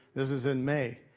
this is in may.